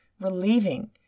relieving